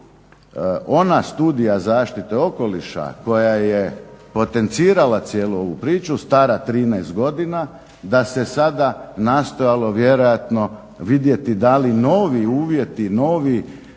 ona studija zaštite okoliša koja je potencirala cijelu ovu priču stara 13 godina, da se sada nastojalo vjerojatno vidjeti da li novi uvjeti, novi